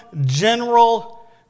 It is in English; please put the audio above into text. general